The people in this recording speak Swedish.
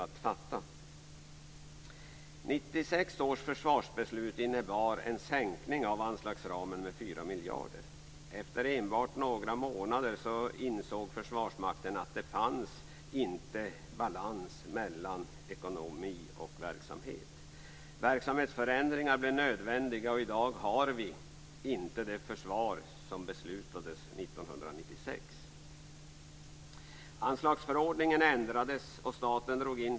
1996 års försvarsbeslut innebar en sänkning av anslagsramen med 4 miljarder. Efter enbart några månader insåg Försvarsmakten att det inte fanns balans mellan ekonomi och verksamhet. Verksamhetsförändringar blev nödvändiga, och i dag har vi inte det försvar som vi beslutade om 1996.